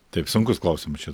taip sunkus klausimas čia